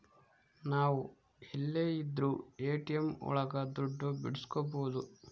ನಾವ್ ಎಲ್ಲೆ ಇದ್ರೂ ಎ.ಟಿ.ಎಂ ಒಳಗ ದುಡ್ಡು ಬಿಡ್ಸ್ಕೊಬೋದು